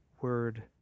Word